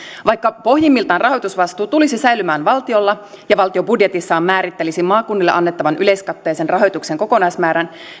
vaikka pohjimmiltaan rahoitusvastuu tulisi säilymään valtiolla ja valtio budjetissaan määrittelisi maakunnille annettavan yleiskatteisen rahoituksen kokonaismäärän